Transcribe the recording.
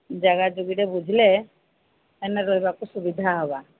ଜାଗା ଯୁଗିଟେ ବୁଝିଲେ ସେନେ ରହିବାକୁ ସୁବିଧା ହବା